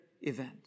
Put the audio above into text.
event